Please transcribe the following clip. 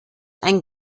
ein